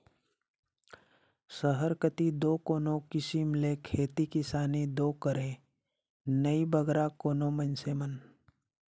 सहर कती दो कोनो किसिम ले खेती किसानी दो करें नई बगरा कोनो मइनसे मन